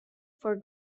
for